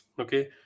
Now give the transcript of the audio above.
okay